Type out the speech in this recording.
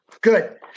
Good